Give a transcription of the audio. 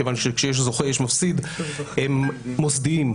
כיוון שכאשר יש זוכה יש מפסיד הם מוסדיים.